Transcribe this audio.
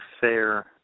fair